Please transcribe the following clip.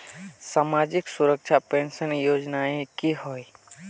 सामाजिक सुरक्षा पेंशन योजनाएँ की होय?